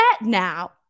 now